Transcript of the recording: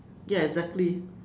ya exactly